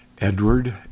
Edward